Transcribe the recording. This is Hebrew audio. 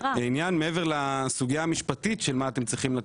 העניין של מעבר לסוגיה המשפטית של מה שאתם צריכים לתת,